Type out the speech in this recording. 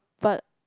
but